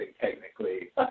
technically